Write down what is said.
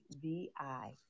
V-I